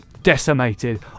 decimated